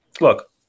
look